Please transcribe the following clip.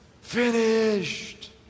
finished